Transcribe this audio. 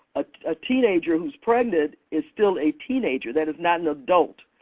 ah a teenager who's pregnant is still a teenager, that is not an adult.